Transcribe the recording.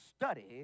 study